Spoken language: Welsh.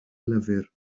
lyfr